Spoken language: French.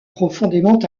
profondément